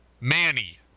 Manny